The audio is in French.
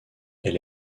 elle